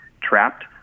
trapped